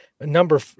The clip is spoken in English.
number